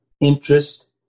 Interest